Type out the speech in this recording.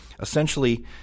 essentially